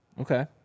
okay